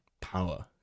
power